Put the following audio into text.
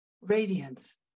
radiance